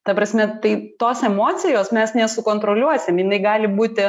ta prasme tai tos emocijos mes nesukontroliuosim jinai gali būti